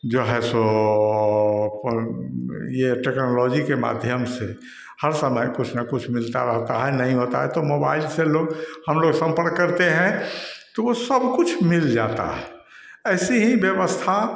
जो है सो यह टेक्नोलॉजी के माध्यम से हर समय कुछ न कुछ मिलता रहता है नहीं होता है तो मोबाइल से लोग हमलोग सम्पर्क करते हैं तो वह सबकुछ मिल जाता है ऐसी ही व्यवस्था